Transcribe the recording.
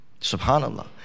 SubhanAllah